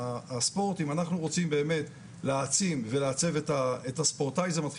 הספורט אם אנחנו רוצים באמת להעצים ולעצב את הספורטאי זה מתחיל